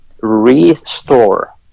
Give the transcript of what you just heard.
restore